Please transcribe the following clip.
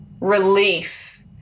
relief